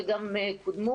וגם קודמו,